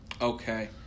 Okay